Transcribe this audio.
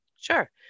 Sure